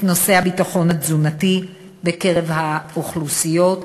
נושא הביטחון התזונתי בקרב האוכלוסיות,